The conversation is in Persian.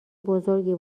بزرگی